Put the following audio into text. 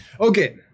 Okay